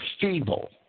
feeble